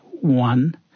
one